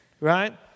right